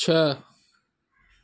छह